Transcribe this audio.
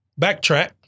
Backtrack